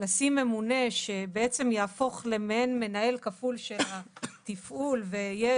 לשים ממונה שבעצם יהפוך למעין מנהל כפול של התפעול ויהיה